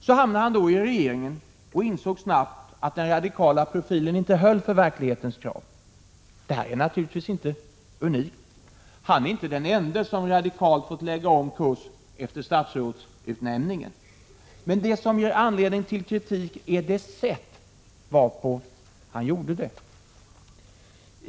Så hamnade han då i regeringen och insåg snabbt att den radikala profilen inte höll för verklighetens krav. Detta är naturligtvis inte unikt. Han är inte den ende som radikalt har fått lägga om kurs efter statsrådsutnämningen. Men det som ger anledning till kritik är det sätt varpå han gjorde det.